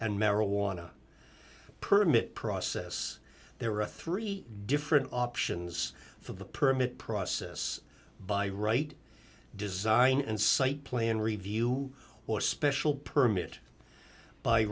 and marijuana permit process there are three different options for the permit process by right design and site plan review or special permit by